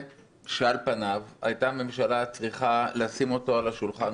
שעל-פניו הממשלה הייתה צריכה לשים אותו קודם על השולחן